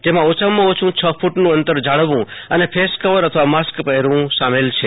જેમાં ઓછામાં ઓછું છ ક્રટનું અંતર જાળવવું અને ફેસ કવર અથવા માસ્ક પહેરવું સામેલ છે